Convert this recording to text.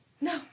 no